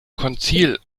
konzil